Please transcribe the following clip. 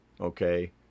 okay